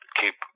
keep